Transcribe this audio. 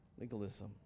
legalism